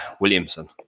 Williamson